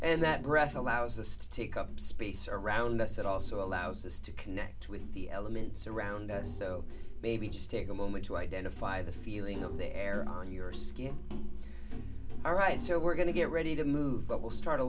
and that breath allows us to take up space around us it also allows us to connect with the elements around us so maybe just take a moment to i didn't by the feeling of the air on your skin all right so we're going to get ready to move but we'll start a